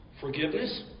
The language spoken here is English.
Forgiveness